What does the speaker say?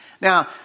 Now